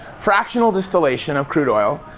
fractional distillation of crude oil.